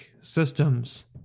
systems